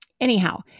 anyhow